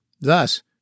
Thus